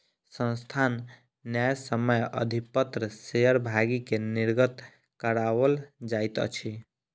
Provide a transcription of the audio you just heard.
संस्थान न्यायसम्य अधिपत्र शेयर भागी के निर्गत कराओल जाइत अछि